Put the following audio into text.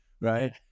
right